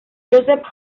joseph